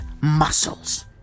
muscles